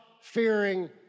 fearing